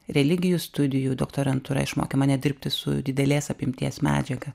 religijų studijų doktorantūra išmokė mane dirbti su didelės apimties medžiaga